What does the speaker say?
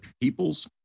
peoples